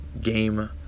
game